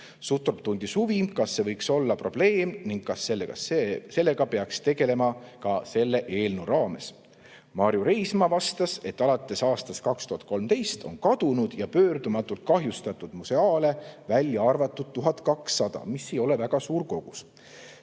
Sutrop tundis huvi, kas see võiks olla probleem ning kas sellega peaks tegelema ka selle eelnõu raames. Marju Reismaa vastas, et alates aastast 2013 on kadunud ja pöördumatult kahjustatud museaale kogudest välja arvatud 1200, see ei ole väga suur kogus.